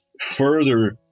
further